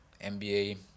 NBA